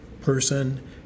person